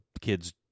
kids